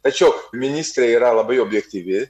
tačiau ministrė yra labai objektyvi